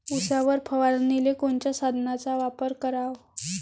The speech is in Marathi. उसावर फवारनीले कोनच्या साधनाचा वापर कराव?